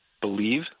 believe